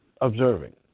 observing